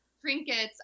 Trinkets